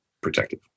protective